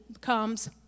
comes